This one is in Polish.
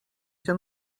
cię